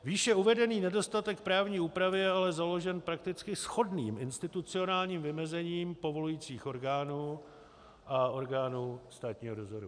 Výše uvedený nedostatek právní úpravy je ale založen prakticky shodným institucionálním vymezením povolujících orgánů a orgánů státního dozoru.